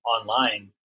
online